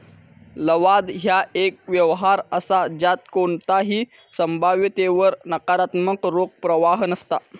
लवाद ह्या एक व्यवहार असा ज्यात कोणताही संभाव्यतेवर नकारात्मक रोख प्रवाह नसता